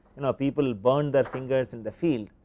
you know people burned the finger in the field,